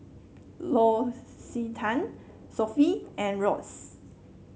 L'Occitane Sofy and Royce